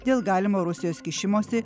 dėl galimo rusijos kišimosi